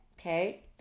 okay